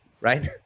right